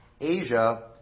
Asia